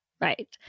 right